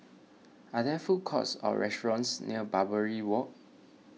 are there food courts or restaurants near Barbary Walk